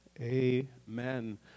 Amen